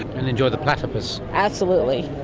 and enjoy the platypus. absolutely.